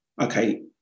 okay